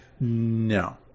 No